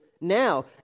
now